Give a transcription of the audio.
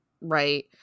right